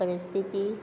परिस्थिती